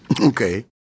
Okay